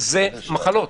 זה מחלות.